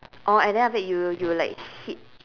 oh and then after that you will you will like hit